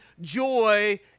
joy